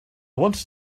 want